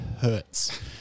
hurts